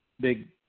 big